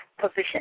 position